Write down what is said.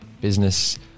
business